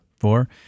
Four